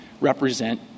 represent